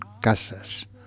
Casas